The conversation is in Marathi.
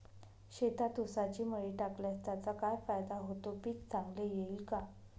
शेतात ऊसाची मळी टाकल्यास त्याचा काय फायदा होतो, पीक चांगले येईल का?